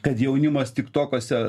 kad jaunimas tik tokuose